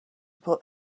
put